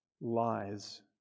lies